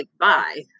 bye